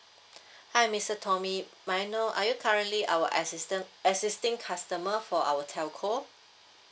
hi mister tommy may I know are you currently our existing customer for our telco